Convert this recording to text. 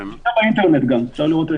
באינטרנט גם.